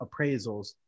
appraisals